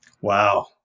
Wow